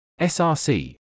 src